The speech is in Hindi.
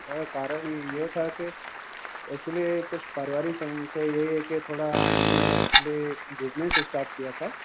कारण ये था कि एक्चुअली कुछ पारिवारिक समस्या यही है कि थोड़ा हमने एक्चुअली बिज़नस स्टार्ट किया था